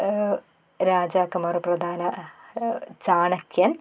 രാജാക്കന്മാർ പ്രധാന ചാണക്യൻ